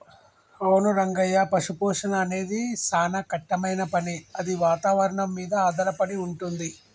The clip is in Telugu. అవును రంగయ్య పశుపోషణ అనేది సానా కట్టమైన పని అది వాతావరణం మీద ఆధారపడి వుంటుంది